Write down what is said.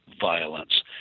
violence